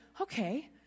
okay